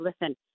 listen